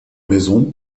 maison